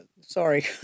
sorry